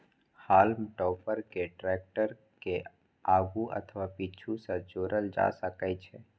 हाल्म टॉपर कें टैक्टर के आगू अथवा पीछू सं जोड़ल जा सकै छै